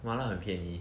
麻辣很便宜